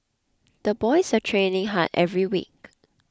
the boys are training hard every week